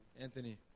Anthony